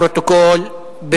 לפרוטוקול,